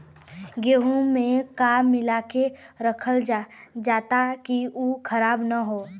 गेहूँ में का मिलाके रखल जाता कि उ खराब न हो?